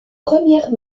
premières